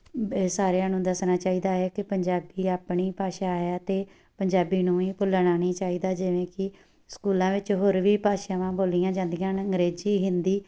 ਸਾਰਿਆਂ ਨੂੰ ਦੱਸਣਾ ਚਾਹੀਦਾ ਹੈ ਕਿ ਪੰਜਾਬੀ ਆਪਣੀ ਭਾਸ਼ਾ ਹੈ ਅਤੇ ਪੰਜਾਬੀ ਨੂੰ ਹੀ ਭੁੱਲਣਾ ਨਹੀਂ ਚਾਹੀਦਾ ਜਿਵੇਂ ਕਿ ਸਕੂਲਾਂ ਵਿੱਚ ਹੋਰ ਵੀ ਭਾਸ਼ਾਵਾਂ ਬੋਲੀਆਂ ਜਾਂਦੀਆਂ ਹਨ ਅੰਗਰੇਜ਼ੀ ਹਿੰਦੀ